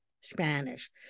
Spanish